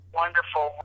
wonderful